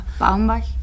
Baumbach